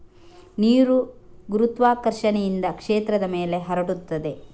ನೀರು ಗುರುತ್ವಾಕರ್ಷಣೆಯಿಂದ ಕ್ಷೇತ್ರದ ಮೇಲೆ ಹರಡುತ್ತದೆ